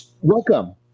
welcome